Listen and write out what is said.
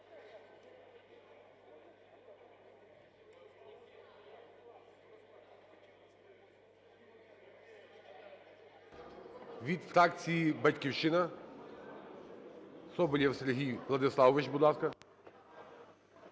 Від фракції "Батьківщина" – Соболєв Сергій Владиславович. Будь ласка.